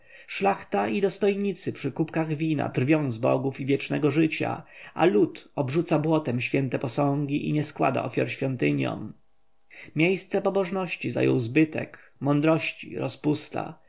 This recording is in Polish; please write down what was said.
szlachta i dostojnicy przy kubkach wina drwią z bogów i wiecznego życia a lud obrzuca błotem święte posągi i nie składa ofiar świątyniom miejsce pobożności zajął zbytek mądrości rozpusta